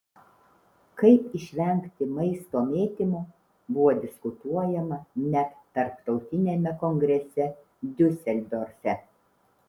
kaip išvengti maisto mėtymo buvo diskutuojama net tarptautiniame kongrese diuseldorfe